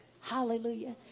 Hallelujah